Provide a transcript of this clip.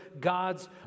God's